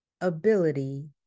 ability